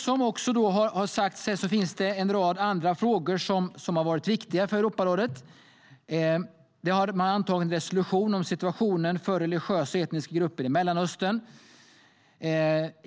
Som också sagts här är det en rad andra frågor som har varit viktiga för Europarådet. Man har antagit en resolution om situationen för religiösa och etniska grupper i Mellanöstern.